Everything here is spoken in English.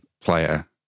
player